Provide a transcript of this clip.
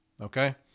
Okay